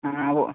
ఆ ఓ